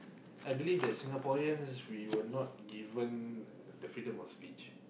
I believe that Singaporeans we were not given the freedom of speech